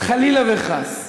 חלילה וחס,